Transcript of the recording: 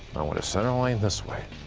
i want a center line this way.